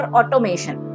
automation